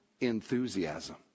enthusiasm